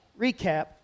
recap